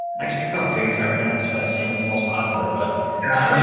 actually, i can probably figure this out right now just by seeing what's most popular, but yeah, like